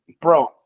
bro